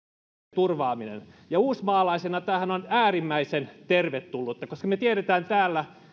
turvaaminen ja uusimaalaisena tämähän on äärimmäisen tervetullutta koska me me tiedämme täällä